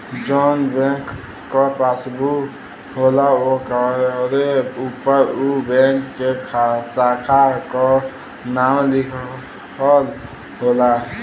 जौन बैंक क पासबुक होला ओकरे उपर उ बैंक के साखा क नाम लिखल होला